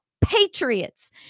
patriots